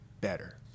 better